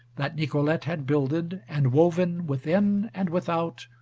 that nicolete had builded and woven within and without,